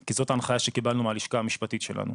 כי זאת ההנחיה שקיבלנו מהלשכה המשפטית שלנו,